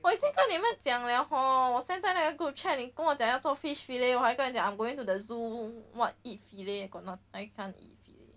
我已经跟你们讲了 hor 我 send 在那个 group chat 你跟我讲要做 fish fillet 我还你讲 I'm going to the zoo what eat fillet got no I can't eat fillet